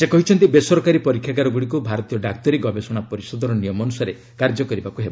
ସେ କହିଛନ୍ତି ବେସରକାରୀ ପରୀକ୍ଷାଗାରଗୁଡ଼ିକୁ ଭାରତୀୟ ଡାକ୍ତରୀ ଗବେଷଣା ପରିଷଦର ନିୟମ ଅନୁସାରେ କାର୍ଯ୍ୟ କରିବାକୁ ହେବ